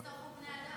לא נצטרך בני אדם.